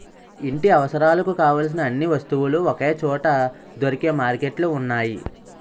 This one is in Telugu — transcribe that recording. ఇంటి అవసరాలకు కావలసిన అన్ని వస్తువులు ఒకే చోట దొరికే మార్కెట్లు ఉన్నాయి